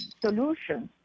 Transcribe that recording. solutions